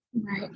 Right